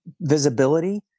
Visibility